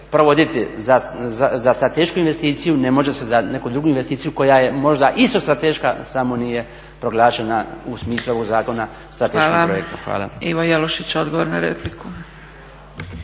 provoditi za stratešku investiciju ne može se za neku drugu investiciju koja je možda isto strateška samo nije proglašena u smislu ovog zakona strateškim projektom. Hvala. **Zgrebec, Dragica